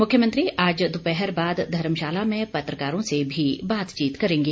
मुख्यमंत्री आज दोपहर बाद धर्मशाला में पत्रकारों से भी बातचीत करेंगे